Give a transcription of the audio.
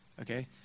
Okay